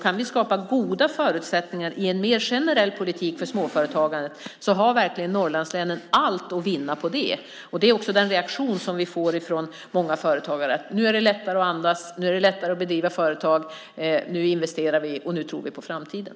Kan vi skapa goda förutsättningar i en mer generell politik för småföretagandet har verkligen Norrlandslänen allt att vinna på det. Det är också den reaktion som vi får från många företagare. Nu är det lättare att andas. Nu är det lättare att driva företag. Nu investerar vi, och nu tror vi på framtiden.